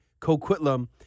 Coquitlam